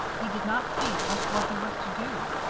he did not see just what he was to do,